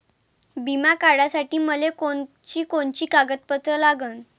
बिमा काढासाठी मले कोनची कोनची कागदपत्र लागन?